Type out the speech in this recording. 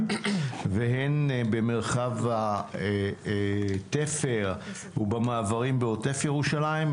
והן במרחב התפר ובמעברים בעוטף ירושלים.